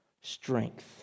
Strength